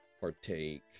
partake